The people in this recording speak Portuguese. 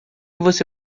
você